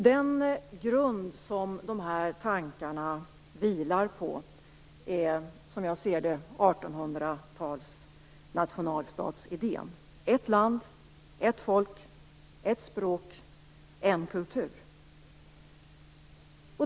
Den grund som dessa tankar vilar på är - som jag ser det - 1800-talets nationalstatsidé: ett land, ett folk, ett språk, en kultur.